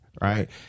Right